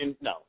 no